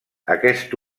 aquest